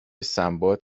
سندباد